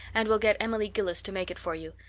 and we'll get emily gillis to make it for you.